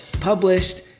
published